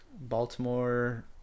Baltimore